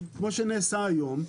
כמו שנעשה היום.